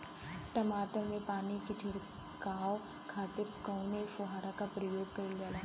टमाटर में पानी के छिड़काव खातिर कवने फव्वारा का प्रयोग कईल जाला?